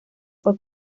fue